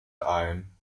ein